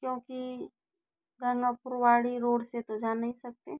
क्योंकि गंगापुर वाडी रोड से तो जा नहीं सकते